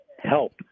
help